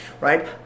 right